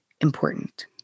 important